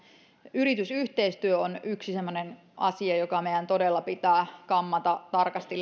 yritysyhteistyö on yksi semmoinen asia joka meidän todella pitää kammata tarkasti